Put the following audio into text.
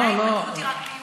ההתפטרות היא רק ביוני.